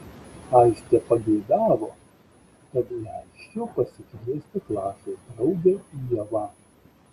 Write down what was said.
aistė pageidavo kad leisčiau pasikviesti klasės draugę ievą